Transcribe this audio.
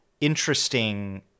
interesting